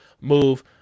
move